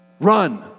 Run